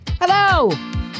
Hello